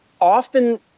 often